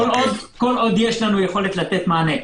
כל עוד יש לנו יכולת לתת מענה,